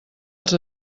els